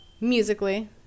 musically